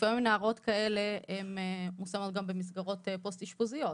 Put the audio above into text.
לפעמים נערות כאלו מושמות במסגרות פוסט אשפוזיות,